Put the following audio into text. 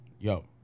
Yo